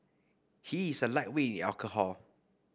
he is a lightweight in alcohol